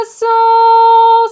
soul